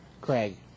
Craig